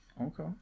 Okay